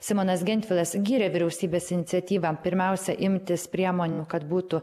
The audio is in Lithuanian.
simonas gentvilas gyrė vyriausybės iniciatyvą pirmiausia imtis priemonių kad būtų